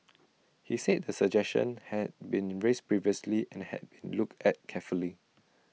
he said the suggestion had been raised previously and had been looked at carefully